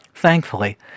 Thankfully